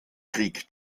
krieg